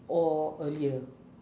or earlier